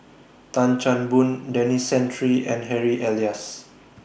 Tan Chan Boon Denis Santry and Harry Elias